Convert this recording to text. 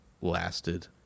lasted